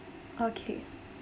okay